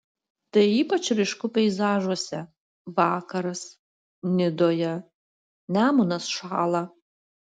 tai ypač ryšku peizažuose vakaras nidoje nemunas šąla